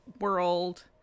world